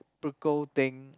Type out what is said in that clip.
~procal thing